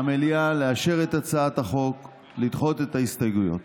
מהמליאה לאשר את הצעת החוק, לדחות את ההסתייגויות.